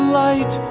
light